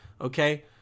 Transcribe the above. okay